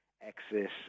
access